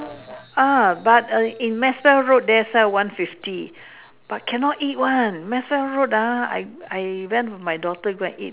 ah but in maxwell road there sell one fifty but can not eat one maxwell road ah I I went with my daughter go and eat